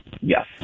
Yes